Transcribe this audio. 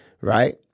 Right